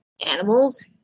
animals